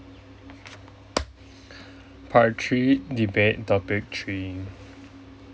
part three debate topic three